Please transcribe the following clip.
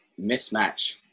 mismatch